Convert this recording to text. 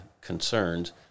concerns